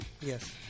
Yes